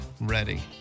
ready